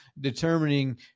determining